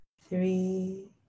three